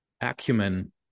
acumen